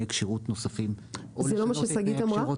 כשירות נוספים -- זה לא מה ששגית אמרה.